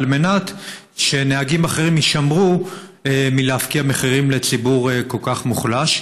כדי שנהגים אחרים יישמרו מלהפקיע מחירים לציבור כל כך מוחלש.